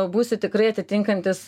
būsi tikrai atitinkantis